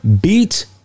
Beat